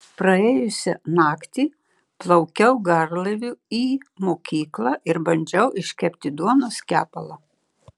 praėjusią naktį plaukiau garlaiviu į mokyklą ir bandžiau iškepti duonos kepalą